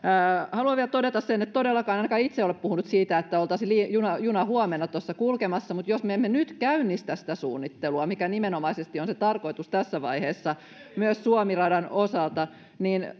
haluan vielä todeta sen että todellakaan ainakaan itse en ole puhunut siitä että olisi juna huomenna tuossa kulkemassa mutta jos me emme nyt käynnistä sitä suunnittelua mikä nimenomaisesti on se tarkoitus tässä vaiheessa myös suomi radan osalta niin